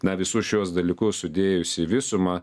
na visus šiuos dalykus sudėjus į visumą